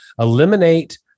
eliminate